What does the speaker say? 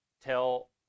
tell